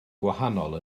gwahanol